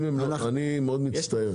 אני מאוד מצטער.